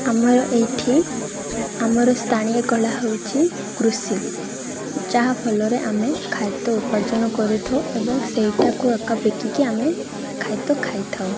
ଆମର ଏଇଠି ଆମର ସ୍ଥାନୀୟ କଲା ହଉଛିି କୃଷି ଯାହାଫଲରେ ଆମେ ଖାଦ୍ୟ ଉପାର୍ଜନ କରିଥାଉ ଏବଂ ସେଇଠାକୁ ଆମେ ଖାଦ୍ୟ ଖାଇଥାଉ